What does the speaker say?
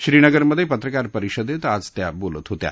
श्रीनगरमधे पत्रकार परिषदेत आज त्या बोलत होत्या